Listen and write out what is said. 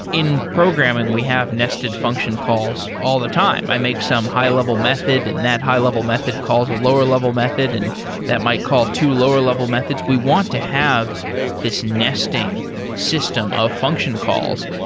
in programming, we have nested function calls all the time. i make some high-level method, and that high-level method calls a lower-level method, and that might call two lower-level methods. we want to have this nesting system of function calls.